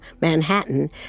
Manhattan